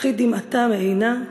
אחית דמעתא מעינה.